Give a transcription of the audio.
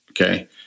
Okay